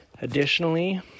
Additionally